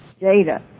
data